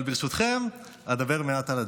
אבל ברשותכם, אדבר מעט על הדרך.